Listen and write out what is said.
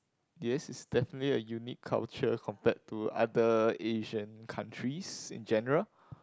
yes it's definitely a unique culture compared to other Asian countries in general